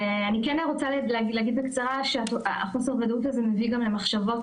אני כן רוצה להגיד בקצרה שחוסר הוודאות הזה מביא גם למחשבות